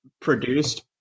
produced